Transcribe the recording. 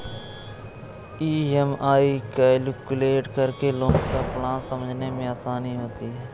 EMI calculate करके loan का plan समझने में आसानी होती है